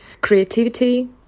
creativity